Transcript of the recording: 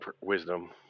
wisdom